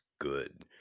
good